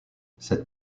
cette